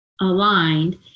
aligned